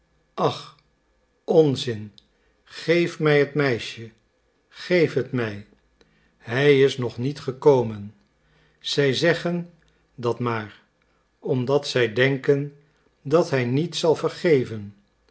ach onzin geef mij het meisje geef het mij hij is nog niet gekomen zij zeggen dat maar omdat zij denken dat hij niet zal vergeven